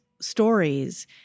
stories